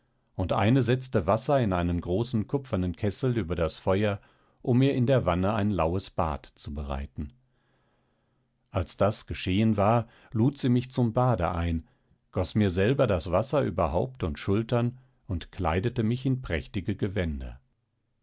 und eine setzte wasser in einem großen kupfernen kessel über das feuer um mir in der wanne ein laues bad zu bereiten als das geschehen war lud sie mich zum bade ein goß mir selber das wasser über haupt und schultern und kleidete mich in prächtige gewänder